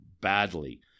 badly